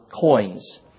coins